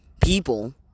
people